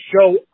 show